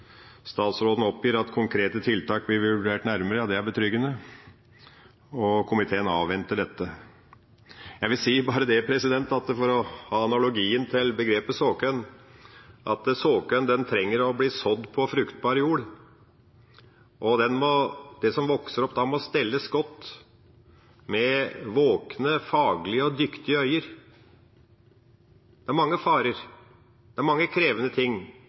Statsråden oppgir at konkrete tiltak vil bli vurdert nærmere, og det er betryggende. Komiteen avventer dette. Jeg vil bare si det – for å ha analogien til begrepet såkorn – at såkorn trenger å bli sådd på fruktbar jord. Det som vokser opp da, må det stelles godt med under våkne, faglige og dyktige øyne. Det er mange farer, det er mange krevende ting